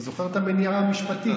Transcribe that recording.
זוכר את המניעה המשפטית?